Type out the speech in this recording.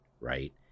right